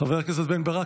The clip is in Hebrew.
חבר הכנסת בן ברק,